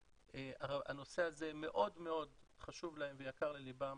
הנושא הזה מאוד חשוב להם ויקר לליבם,